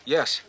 Yes